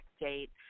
date